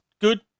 good